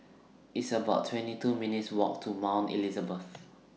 It's about twenty two minutes' Walk to Mount Elizabeth